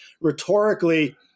rhetorically